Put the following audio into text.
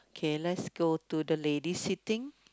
K let's go to the lady sitting